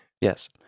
yes